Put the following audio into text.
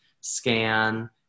SCAN